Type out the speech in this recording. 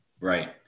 Right